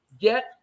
get